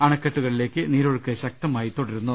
അണക്കെട്ടുകളിലേക്ക് നീരൊഴുക്ക് ശക്തമായി തുടരുന്നു